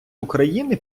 україни